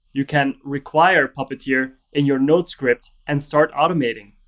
you can require puppeteer in your node script and start automating.